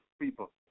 people